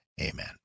Amen